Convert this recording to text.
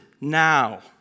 now